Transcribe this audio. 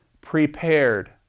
prepared